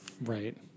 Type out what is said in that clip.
Right